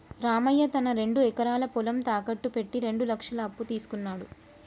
రామయ్య తన రెండు ఎకరాల పొలం తాకట్టు పెట్టి రెండు లక్షల అప్పు తీసుకున్నడు